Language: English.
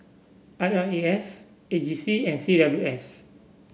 I R A S A G C and C W S